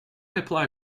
apply